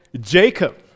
Jacob